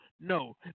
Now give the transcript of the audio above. No